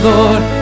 Lord